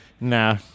Nah